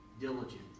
Diligent